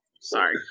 sorry